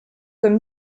comme